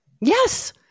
Yes